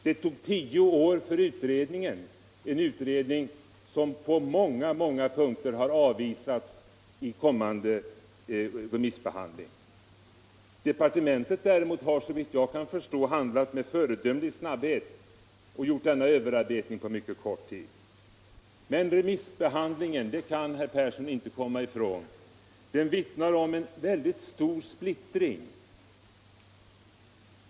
Det tog tio år innan trafikmålskommittén kunde lägga fram ett förslag, och det har på många punkter avvisats vid remissbehandlingen. Departementet däremot har, såvitt jag förstår, handlat med föredömlig snabbhet och gjort denna överarbetning på mycket kort tid. Men remissbehandlingen vittnar om en stor splittring, det kan inte herr Persson förneka.